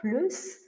Plus